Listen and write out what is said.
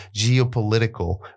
geopolitical